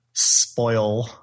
Spoil